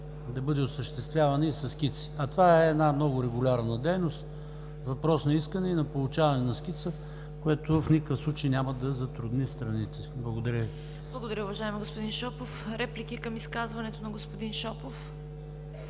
да бъде осъществявана и със скици. Това е много регулярна дейност – въпрос на искане и на получаване на скица, което в никакъв случай няма да затрудни страните. Благодаря Ви. ПРЕДСЕДАТЕЛ ЦВЕТА КАРАЯНЧЕВА: Благодаря, уважаеми господин Шопов. Реплики към изказването на господин Шопов?